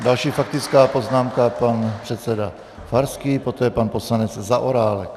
Další faktická poznámka, pan předseda Farský, poté pan poslanec Zaorálek.